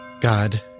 God